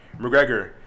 McGregor